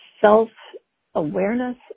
self-awareness